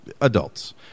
adults